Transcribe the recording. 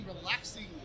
relaxing